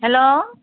hello